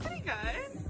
guys